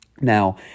Now